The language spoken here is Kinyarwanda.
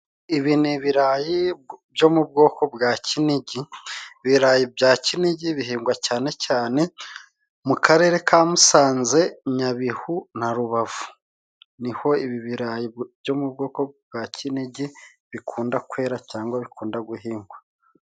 Ibi ni ibirayi byo mu bwoko bwa Kinigi. ibirayi bya kinigi bihingwa cyane cyane mu karere ka Musanze, Nyabihu na Rubavu. Niho ibirayi byo mu bwoko bwa Kinigi bikunda kwera cyangwa bikunda guhingwa.